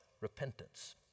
repentance